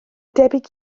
debyg